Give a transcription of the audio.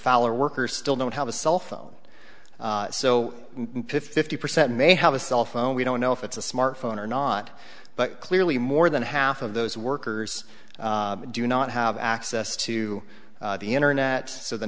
follower workers still don't have a cell phone so fifty percent may have a cell phone we don't know if it's a smartphone or not but clearly more than half of those workers do not have access to the internet so the